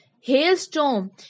hailstorm